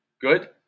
Good